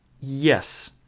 Yes